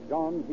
John